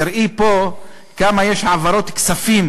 תראי פה כמה העברות כספים